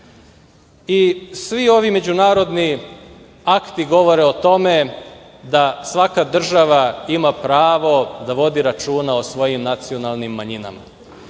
ovi međunarodni akti govore o tome da svaka država ima pravo da vodi računa o svojim nacionalnim manjinama.